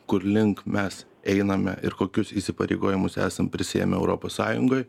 kur link mes einame ir kokius įsipareigojimus esam prisiėmę europos sąjungoj